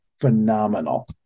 phenomenal